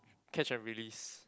catch and release